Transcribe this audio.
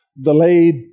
delayed